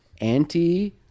anti